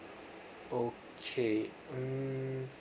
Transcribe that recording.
okay mm